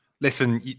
Listen